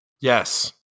Yes